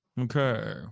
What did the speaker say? Okay